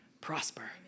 prosper